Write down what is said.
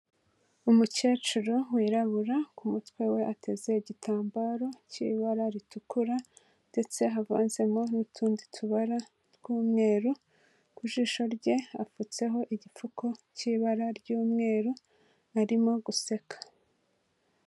Umukecuru wirabura ku mutwe we ateze igitambaro cy'ibara ritukura ndetse havanzemo n'utundi tubara tw'umweru, ku jisho rye hapfutseho igipfuko cy'ibara ry'umweru arimo guseka.